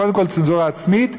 קודם כול צנזורה עצמית,